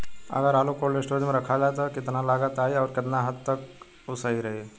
अगर आलू cold storage में रखायल त कितना लागत आई अउर कितना हद तक उ सही रही?